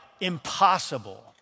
Impossible